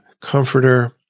comforter